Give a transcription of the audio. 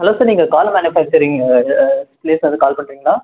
hello sir நீங்கள் car manufacturing ப்ளேஸ்லர்ந்து call பண்ணுறீங்களா